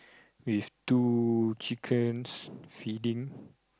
with two chickens feeding